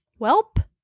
Welp